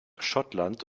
schottland